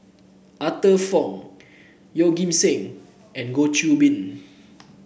Arthur Fong Yeoh Ghim Seng and Goh Qiu Bin